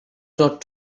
not